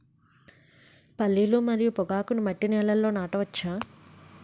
పల్లీలు మరియు పొగాకును మట్టి నేలల్లో నాట వచ్చా?